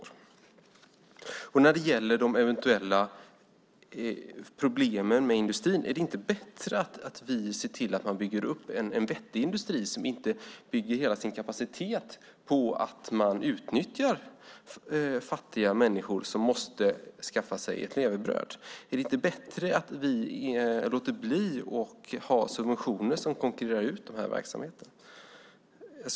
Är det inte bättre när det gäller de eventuella problemen med industrin att vi ser till att man bygger upp en vettig industri som inte bygger hela sin kapacitet på att man utnyttjar fattiga människor som måste skaffa sig ett levebröd? Är det inte bättre att vi låter bli att ha subventioner som konkurrerar ut den verksamheten?